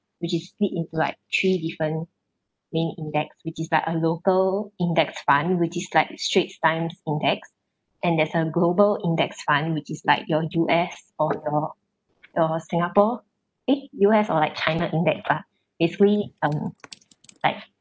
which is split into like three different main index which is like a local index fund which is like straits times index and there's a global index fund which is like your U_S or the or singapore eh U_S or like china index lah basically um like